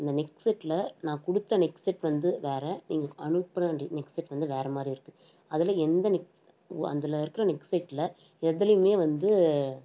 அந்த நெக் செட்டில் நான் கொடுத்த நெக் செட் வந்து வேறு நீங்கள் அனுப்பின நெக் செட் வந்து வேறு மாதிரி இருக்குது அதில் எந்த நெக் அதில் இருக்க நெக் செட்டில் எதுலேயுமே வந்து